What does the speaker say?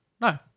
No